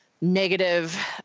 negative